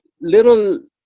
little